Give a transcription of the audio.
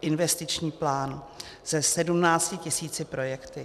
investiční plán se 17 tisíci projekty.